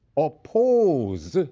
oppose ah